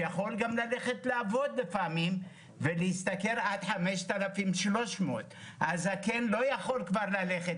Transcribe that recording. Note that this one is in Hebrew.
שיכול גם ללכת לעבוד לפעמים ולהשתכר 5,300. הזקן לא יכול כבר ללכת,